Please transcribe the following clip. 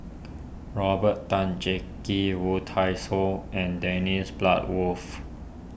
Robert Tan Jee Key Woon Tai So and Dennis Bloodworth